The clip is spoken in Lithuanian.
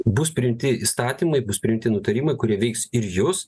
bus priimti įstatymai bus priimti nutarimai kurie veiks ir jus